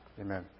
amen